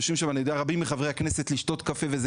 יושבים שם רבים מחברי הכנסת לשתות קפה.